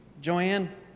Joanne